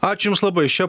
ačiū jums labai šia